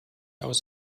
aus